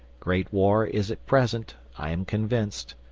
great war is at present, i am convinced,